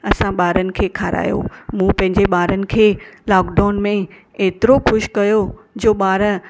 असां ॿारनि खे खारायो मूं पंहिंजे ॿारनि खे लॉकडाउन में एतिरो ख़ुशि कयो जो ॿार